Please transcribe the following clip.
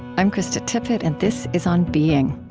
i'm krista tippett, and this is on being.